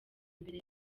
imbere